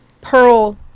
pearl